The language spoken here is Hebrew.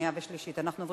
תיכף נעבור